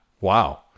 Wow